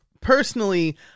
Personally